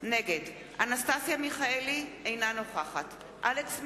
נגד אנסטסיה מיכאלי, אינה נוכחת אלכס מילר,